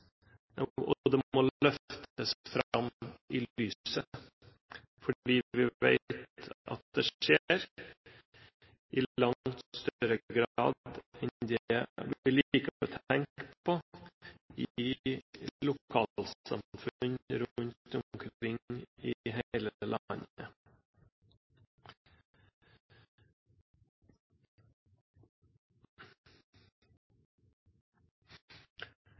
og det må løftes fram i lyset, fordi vi vet at det skjer i langt større grad enn det vi liker å tenke på, i lokalsamfunn rundt omkring i